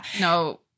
No